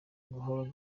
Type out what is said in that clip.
gahoro